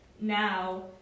now